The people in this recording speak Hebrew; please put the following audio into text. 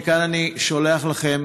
מכאן אני שולח לכם